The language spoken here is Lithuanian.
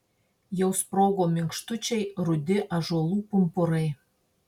jau sprogo minkštučiai rudi ąžuolų pumpurai